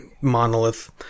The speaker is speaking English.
monolith